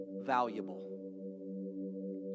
valuable